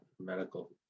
medical